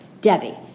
Debbie